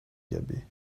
gabber